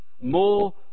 more